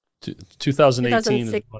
2018